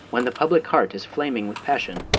when the public heart is flaming with passion,